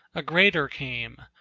a greater came,